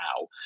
now